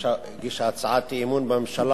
הגישה הצעת אי-אמון בממשלה,